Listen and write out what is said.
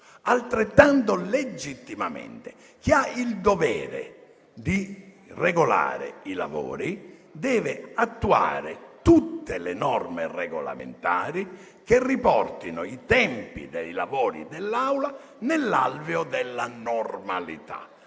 Altrettanto legittimamente, chi ha il dovere di regolare i lavori deve attuare tutte le norme regolamentari che riportino i tempi dei lavori dell'Assemblea nell'alveo della normalità.